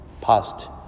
past